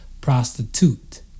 prostitute